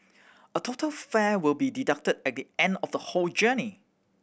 a total fare will be deducted at the end of the whole journey